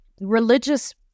religious